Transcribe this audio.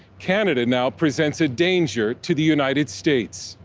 canada now presents a danger to the united states.